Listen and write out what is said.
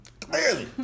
Clearly